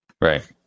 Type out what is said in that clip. right